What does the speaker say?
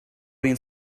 being